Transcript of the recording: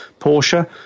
Porsche